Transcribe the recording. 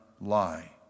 lie